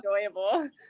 enjoyable